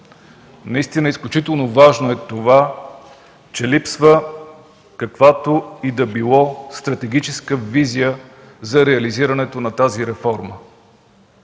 наистина изключително важно е, че липсва каквато и да било стратегическа визия за реализирането на тази реформа.